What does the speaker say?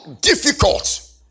difficult